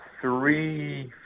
three